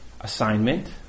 assignment